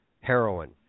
heroin